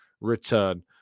return